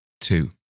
Two